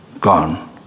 gone